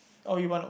oh you one of them